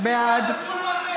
שולמן,